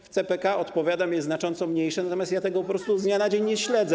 W CPK, odpowiadam, jest znacząco mniejsze, natomiast ja tego po prostu z dnia na dzień nie śledzę.